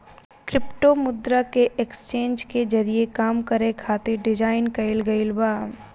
crypto मुद्रा के exchange के जरिए काम करे खातिर डिजाइन कईल गईल बा